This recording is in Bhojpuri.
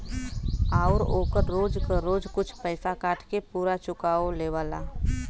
आउर ओकर रोज क रोज कुछ पइसा काट के पुरा चुकाओ लेवला